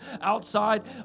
outside